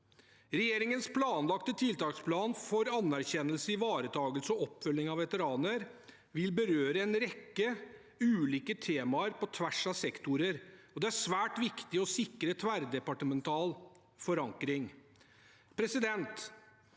Regjeringens planlagte tiltaksplan for anerkjennelse, ivaretakelse og oppfølging av veteraner vil berøre en rekke ulike temaer på tvers av sektorer, og det er svært viktig å sikre tverrdepartemental forankring.